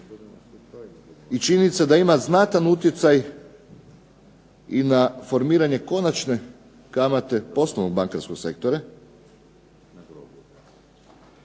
i činjenica da ima znatan utjecaj i na formiranje konačne kamate osnovnog bankarskog sektora,